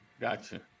Gotcha